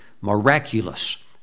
miraculous